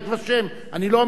אני לא אומר שזה יותר,